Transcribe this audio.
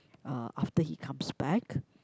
uh after he comes back